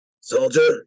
Soldier